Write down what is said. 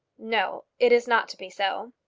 no it is not to be so.